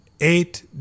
eight